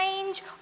change